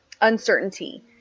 uncertainty